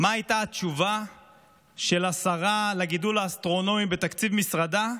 מה הייתה התשובה של השרה לגידול האסטרונומי בתקציב משרדה?